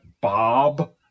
Bob